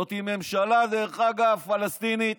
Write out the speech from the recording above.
זאת ממשלה, דרך אגב, פלסטינית,